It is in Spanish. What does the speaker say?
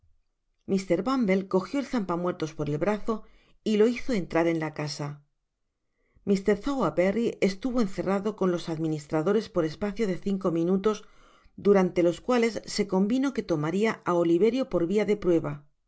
mr bumble cojió el zampa muertos por el brazo y lo hizo entrar en la casa mr sowerberry estuvo encerrado con los administradores por espacio de cinco minutos durante los cuales se convino en que tomaria á oliverio por via de prueba y